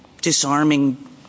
disarming